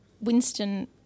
Winston